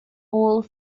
all